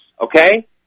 okay